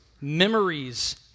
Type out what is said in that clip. memories